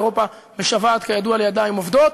אירופה משוועת כידוע לידיים עובדות.